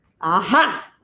Aha